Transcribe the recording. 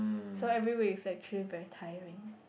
so every week is actually very tiring